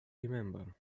remember